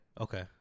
Okay